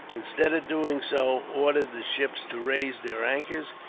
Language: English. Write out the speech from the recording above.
instead of doing so, ordered the ships to raise their anchors,